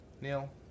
Neil